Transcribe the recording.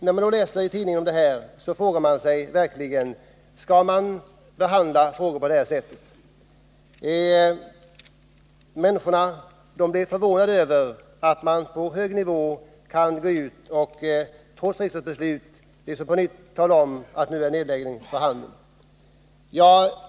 När man nu läser den nämnda tidningsartikeln frågar man sig verkligen: Skall frågor som denna behandlas på detta sätt? Människorna blev förvånade över att man på hög nivå kan gå ut och trots riksdagsbeslut på nytt tala om att nu är nedläggning förestående.